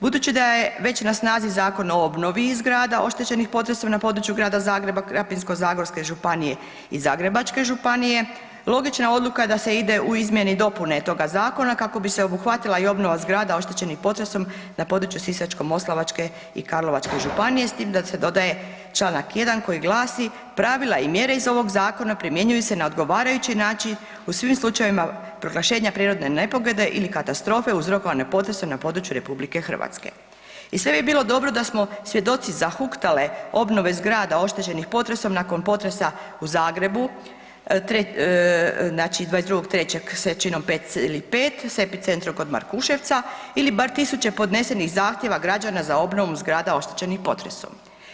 Budući da je već na snazi Zakon o obnovi zgrada oštećenih potresom na području grada Zagreba, Krapinsko-zagorske županije i Zagrebačke županije, logična odluka je da se ide u izmjene i dopune toga zakona kako bi se obuhvatila i obnova zgrada oštećenih potresom na području Sisačko-moslavačke i Karlovačke županije s time da se dodaje članak 1. koji glasi „pravila i mjere iz ovog zakona primjenjuju se na odgovarajući način u svim slučajevima proglašenja prirodne nepogode ili katastrofe uzrokovane potresom na području RH.“ i sve bi bilo dobro da smo svjedoci zahuktale obnove zgrada oštećenih potresom nakon potresa u Zagrebu 22. 3. s jačino 5,5, s epicentrom kod Markuševca ili bar 1000 podnesenih zahtjeva građana za obnovu zgrada oštećenih potresom.